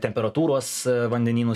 temperatūros vandenynų